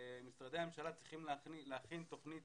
משרדי הממשלה צריכים להכין תוכנית